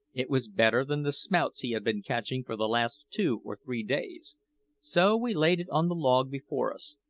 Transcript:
it was better than the smouts he had been catching for the last two or three days so we laid it on the log before us,